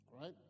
Right